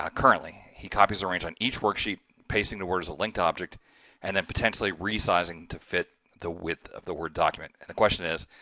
ah currently he copies a range on each worksheet, pasting to word as a linked object and then potentially. resizing to fit the width of the word document. and the question is,